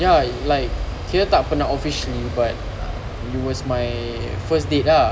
ya like kita tak pernah officially but it was my first date ah